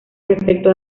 respecto